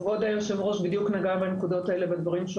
כבוד יושב הראש בדיוק נגע בנקודות האלה בדברים שהוא